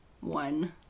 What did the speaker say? one